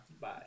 Bye